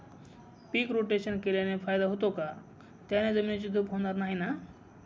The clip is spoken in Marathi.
पीक रोटेशन केल्याने फायदा होतो का? त्याने जमिनीची धूप होणार नाही ना?